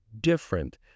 different